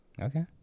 Okay